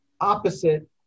opposite